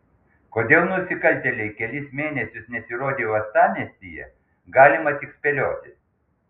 kodėl nusikaltėliai kelis mėnesius nesirodė uostamiestyje galima tik spėlioti